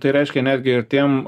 tai reiškia netgi ir tiem